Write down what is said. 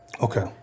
Okay